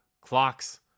clocks